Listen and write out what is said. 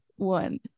one